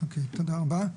תודה רבה.